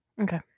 Okay